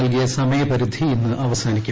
നൽകിയ സമയപരിധി ഇന്ന് അവസാനിക്കും